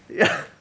ya